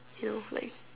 you know like